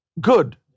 good